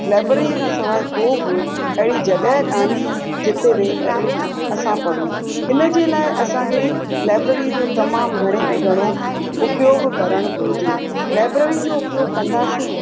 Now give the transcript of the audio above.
library खां सवाइ को बि अहिड़ी जॻहि कोन्हे जिते वेई करे असां पढ़ूं इन जे लाइ असांखे लाएबररी जो तमामु घणे में घणो उपयोगु करणु घुरिजे लाएबररी जो उपयोगु कंदासीं